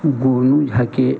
गोयु झके